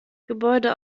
gebäude